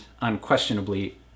unquestionably